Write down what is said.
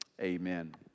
Amen